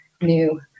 new